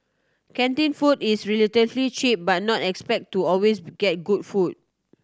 canteen food is relatively cheap but not expect to always get good food